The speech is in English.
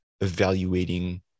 evaluating